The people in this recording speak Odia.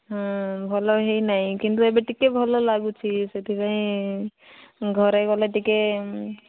ଭଲ ହେଇନାହିଁ କିନ୍ତୁ ଏବେ ଟିକେ ଭଲ ଲାଗୁଛି ସେଥିପାଇଁ ଘରେ ଗଲେ ଟିକେ